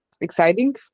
exciting